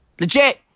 Legit